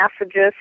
messages